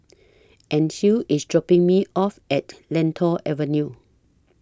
Ancil IS dropping Me off At Lentor Avenue